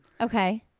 Okay